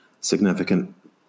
significant